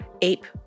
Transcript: APE